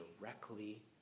directly